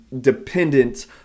dependent